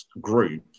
group